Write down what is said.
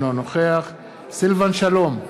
אינו נוכח סילבן שלום,